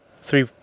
three